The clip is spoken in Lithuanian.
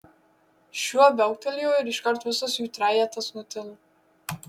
šuo viauktelėjo ir iškart visas jų trejetas nutilo